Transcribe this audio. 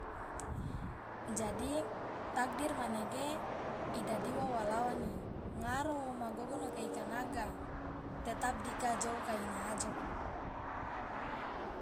jadi takdir manege idadi uwa wo lawani ngaro woma gogono keika naga tetap dika jou kaina ajoko.